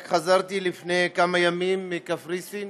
רק לפני כמה ימים חזרתי מקפריסין,